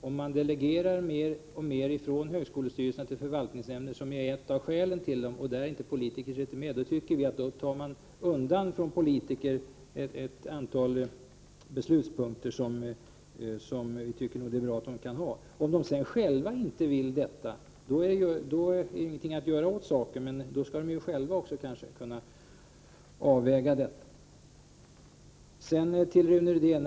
Om man delegerar mer och mer från högskolestyrelserna till förvaltningsnämnderna — där, som sagt, politiker inte finns med — fråntar man politikerna ett antal beslutspunkter som vi nog tycker att det är bra om de har ansvaret för. Om de själva inte vill ha det så är det ingenting att göra åt saken, men den avvägningen skall de själva ha möjlighet att göra. Sedan till Rune Rydén.